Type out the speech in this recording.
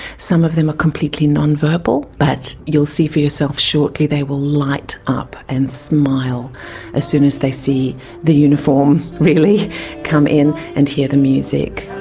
some of them are completely non-verbal, but you'll see for yourself shortly they will light up and smile as soon as they see the uniform really come in and hear the music.